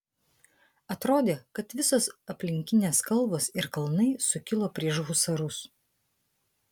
atrodė kad visos aplinkinės kalvos ir kalnai sukilo prieš husarus